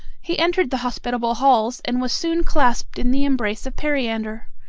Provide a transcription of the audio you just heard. he entered the hospitable halls, and was soon clasped in the embrace of periander.